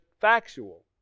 factual